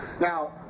Now